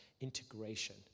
integration